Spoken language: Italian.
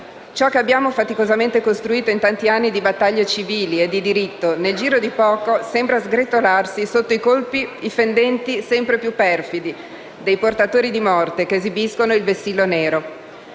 Ciò che abbiamo faticosamente costruito in tanti anni di battaglie civili e di diritto, nel giro di poco sembra sgretolarsi sotto i colpi, i fendenti sempre più perfidi dei portatori di morte che esibiscono il vessillo nero.